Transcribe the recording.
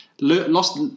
Lost